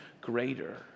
greater